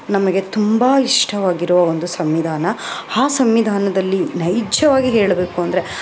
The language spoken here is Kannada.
ನಮಗೆ ತುಂಬ ಇಷ್ಟವಾಗಿರುವ ಒಂದು ಸಂವಿಧಾನ ಆ ಸಂವಿಧಾನದಲ್ಲಿ ನೈಜವಾಗಿ ಹೇಳಬೇಕು ಅಂದರೆ